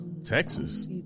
Texas